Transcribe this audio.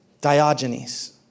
Diogenes